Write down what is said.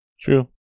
true